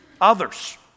others